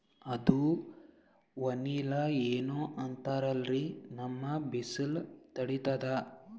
ಅದು ವನಿಲಾ ಏನೋ ಅಂತಾರಲ್ರೀ, ನಮ್ ಬಿಸಿಲ ತಡೀತದಾ?